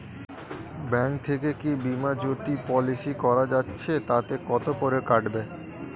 Bank থেকে কী বিমাজোতি পলিসি করা যাচ্ছে তাতে কত করে কাটবে?